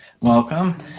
Welcome